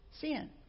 sin